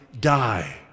die